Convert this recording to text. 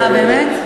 באמת?